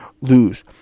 lose